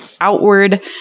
outward